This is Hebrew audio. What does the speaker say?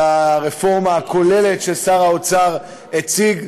ולרפורמה הכוללת ששר האוצר הציג.